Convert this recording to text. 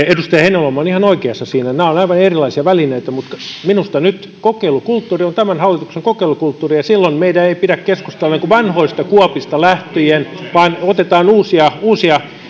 edustaja heinäluoma on ihan oikeassa siinä että nämä ovat aivan erilaisia välineitä mutta minusta nyt kokeilukulttuuri on tämän hallituksen kokeilukulttuuria ja silloin meidän ei pidä keskustella vanhoista kuopista lähtien vaan otetaan uusia uusia